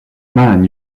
man